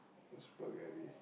spaghetti